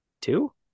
Two